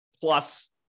plus